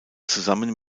zusammen